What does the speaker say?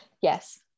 yes